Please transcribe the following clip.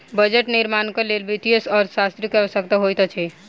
budget निर्माणक लेल वित्तीय अर्थशास्त्री के आवश्यकता होइत अछि